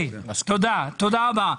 תודה רבה.